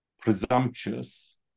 presumptuous